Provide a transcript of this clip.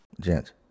Gents